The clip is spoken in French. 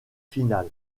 final